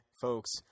folks